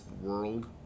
world